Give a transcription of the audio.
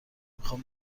میخام